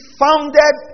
founded